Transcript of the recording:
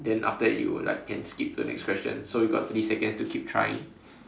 then after that you like can skip to the next question so you got thirty seconds to keep trying